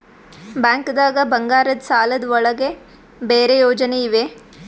ಬ್ಯಾಂಕ್ದಾಗ ಬಂಗಾರದ್ ಸಾಲದ್ ಒಳಗ್ ಬೇರೆ ಯೋಜನೆ ಇವೆ?